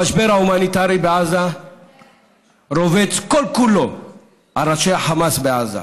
המשבר ההומניטרי בעזה רובץ כל-כולו על ראשי החמאס בעזה,